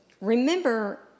remember